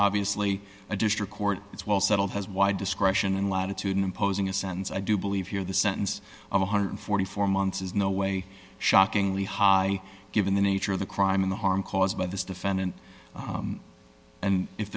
obviously a district court is well settled has wide discretion and latitude in imposing a sentence i do believe here the sentence of one hundred and forty four months is no way shockingly high given the nature of the crime in the harm caused by this defendant and if